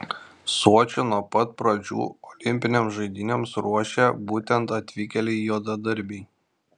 sočį nuo pat pradžių olimpinėms žaidynėms ruošė būtent atvykėliai juodadarbiai